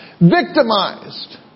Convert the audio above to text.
victimized